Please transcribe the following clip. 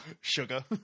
Sugar